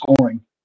scoring